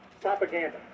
propaganda